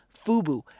Fubu